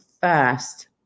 first